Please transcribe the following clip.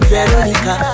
Veronica